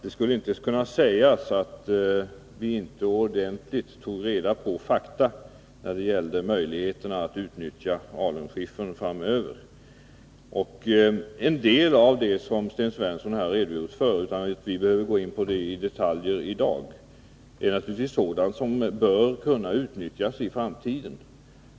Det skulle inte kunna sägas att vi inte ordentligt tog reda på fakta när det gällde möjligheterna att utnyttja alunskiffer framöver. En del av det som Sten Svensson har redogjort för — utan att vi behöver gå in på detaljer i dag — är naturligtvis sådant som bör kunna utnyttjas i framtiden.